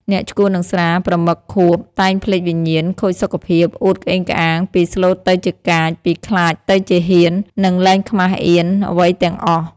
អ្នកឆ្កួតនឹងស្រា ប្រមឹកខួប តែងភ្លេចវិញ្ញាណ ខូចសុខភាព អួតក្អេងក្អាង ពីស្លូតទៅជាកាច ពីខ្លាចទៅជាហ៊ាន និងលែងខ្មាសអៀនអ្វីទាំងអស់។